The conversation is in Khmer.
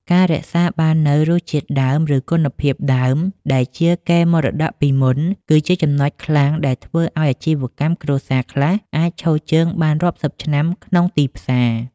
ការរក្សាបាននូវរសជាតិដើម ឬគុណភាពដើមដែលជាកេរមរតកពីមុន គឺជាចំណុចខ្លាំងដែលធ្វើឱ្យអាជីវកម្មគ្រួសារខ្លះអាចឈរជើងបានរាប់សិបឆ្នាំក្នុងទីផ្សារ។